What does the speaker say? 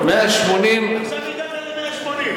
180. עכשיו הגענו ל-180.